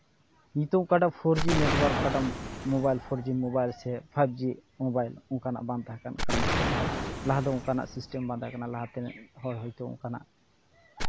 ᱱᱤᱛᱳᱜ ᱚᱠᱟᱴᱟᱜ four G network ᱚᱠᱟᱴᱟᱜ ᱢᱳᱵᱟᱭᱤᱞ ᱯᱷᱳᱨ ᱡᱤ ᱢᱳᱵᱟᱭᱤᱞ ᱥᱮ ᱯᱷᱟᱭᱤᱵ ᱡᱤ ᱢᱳᱵᱟᱭᱤᱞ ᱚᱱᱠᱟᱱᱟᱜ ᱵᱟᱝ ᱛᱟᱦᱮᱸᱠᱟᱱ ᱠᱟᱨᱚᱱᱟᱜ ᱛᱮ ᱞᱟᱦᱟ ᱫᱚ ᱚᱱᱠᱟᱱᱟᱜ ᱥᱤᱥᱴᱮᱢ ᱵᱟᱝ ᱛᱟᱦᱮᱸᱠᱟᱱᱟ ᱞᱟᱦᱟ ᱛᱮᱱ ᱦᱚᱲ ᱦᱳᱭᱛᱳ ᱚᱱᱠᱟᱱᱟᱜ